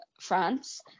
France